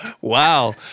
Wow